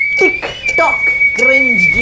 tik tok cringe!